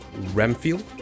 Remfield